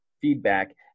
feedback